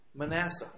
Manasseh